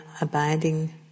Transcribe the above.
abiding